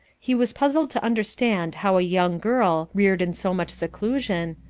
he was puzzled to understand how a young girl, reared in so much seclusion,